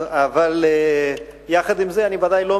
אבל עם זה, אני ודאי לא,